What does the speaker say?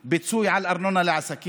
מיליון פיצוי על ארנונה לעסקים,